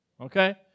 Okay